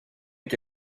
que